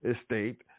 estate